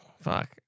Fuck